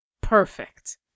Perfect